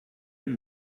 and